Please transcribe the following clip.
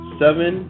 seven